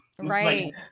Right